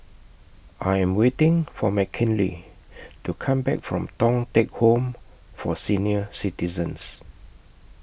I Am waiting For Mckinley to Come Back from Thong Teck Home For Senior Citizens